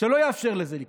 שלא יאפשר לזה לקרות.